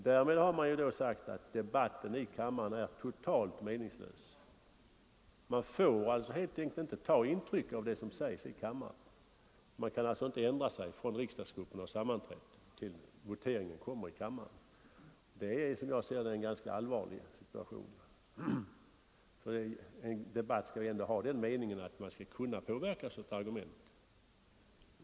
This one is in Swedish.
Därmed har man ju sagt att debatten i kammaren är totalt meningslös. Man får helt enkelt inte ta intryck av det som sägs i kammaren, och man kan alltså inte ändra sig från det att riksdagsgruppen haft sammanträde till dess att voteringen äger rum i kammaren. Det är, som jag ser det, en ganska allvarlig situation, för en debatt skall ju ändå ha den meningen att man skall kunna påverkas av argument.